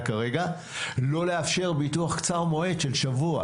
כרגע לא לאפשר ביטוח קצר מועד של שבוע.